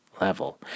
level